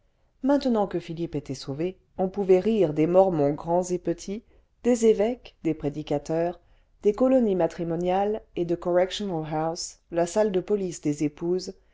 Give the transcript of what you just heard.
maintenant que philippe était sauvé on pouvait rire des mormons grands et petits des évêques des prédicateurs des colonies matrimoniales et de correctional house la salle de police des épouses